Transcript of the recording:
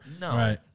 No